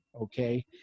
Okay